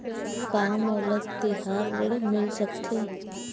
का मोला तिहार ऋण मिल सकथे?